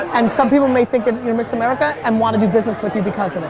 and some people may think you're miss america and want to do business with you because of it.